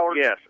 Yes